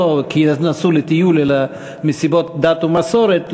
לא כי נסעו לטיול אלא מסיבות של דת ומסורת,